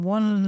One